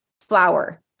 flower